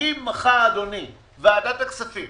אם מחר ועדת הכספים